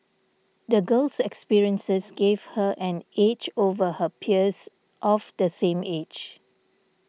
the girl's experiences gave her an edge over her peers of the same age